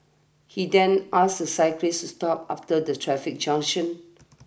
he then asked the cyclist to stop after the traffic junction